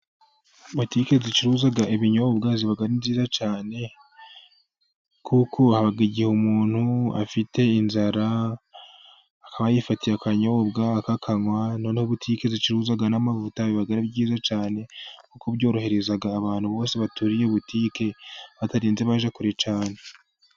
Butike ziucuruza ibinyobwa ziba ari nziza cyane kuko igihe umuntu afite inzara akaba yifatiye akanyobwa. Izi butike zicuruza n'amavuta biba ari byiza cyane kuko byorohereza abantu bose baturiye butike batarinze baje kure cyane.